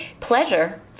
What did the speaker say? pleasure